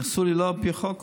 אולי לא אסור לי על פי החוק,